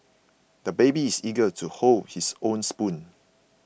the baby is eager to hold his own spoon